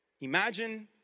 Imagine